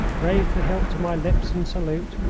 raised the hilt to my lips in salute,